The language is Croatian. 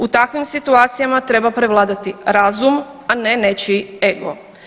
U takvim situacijama treba prevladati razum, a ne nečiji ego.